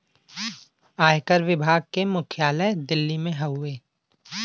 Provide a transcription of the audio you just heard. आयकर विभाग के मुख्यालय दिल्ली में हउवे